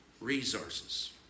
resources